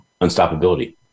unstoppability